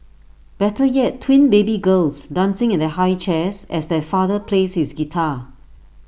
better yet twin baby girls dancing in their high chairs as their father plays his guitar